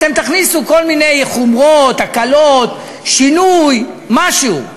אתם תכניסו כל מיני חומרות, הקלות, שינוי, משהו.